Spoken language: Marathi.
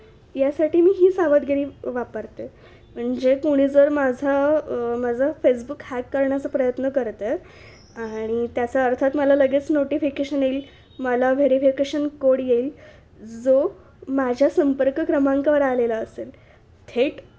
यासाठी मी ही सावधगिरी वापरते म्हणजे कोणी जर माझा माझा फेसबुक हॅक करण्याचा प्रयत्न करत आहे आणि त्याचा अर्थात मला लगेच नोटिफिकेशन येईल मला व्हेरीफिकेशन कोड येईल जो माझ्या संपर्क क्रमांकावर आलेला असेल थेट